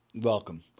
welcome